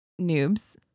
noobs